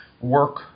work